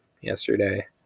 yesterday